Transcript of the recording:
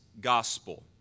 gospel